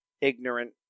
ignorant